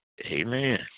Amen